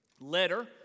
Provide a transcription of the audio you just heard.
letter